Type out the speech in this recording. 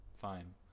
fine